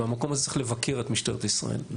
והמקום הזה צריך לבקר את משטרת ישראל,